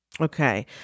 Okay